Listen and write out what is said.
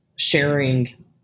sharing